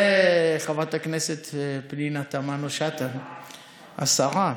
וחברת הכנסת פנינה תמנו שטה, השרה.